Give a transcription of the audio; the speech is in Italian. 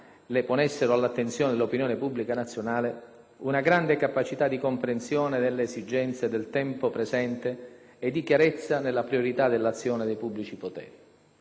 le ponessero all'attenzione dell'opinione pubblica nazionale, una grande capacità di comprensione delle esigenze del tempo presente e di chiarezza nella priorità dell'azione dei pubblici poteri.